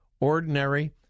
ordinary